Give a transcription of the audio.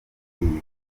y’iyi